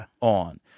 on